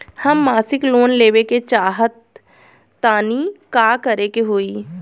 हम मासिक लोन लेवे के चाह तानि का करे के होई?